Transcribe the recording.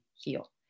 heal